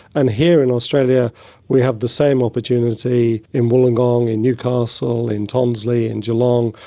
and here in australia we have the same opportunity in wollongong, in newcastle, in tonsley, in geelong,